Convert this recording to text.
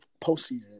postseason